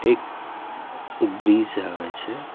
એક બ્રિજ આવે છે